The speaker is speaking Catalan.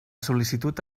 sol·licitud